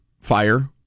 fire